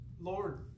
Lord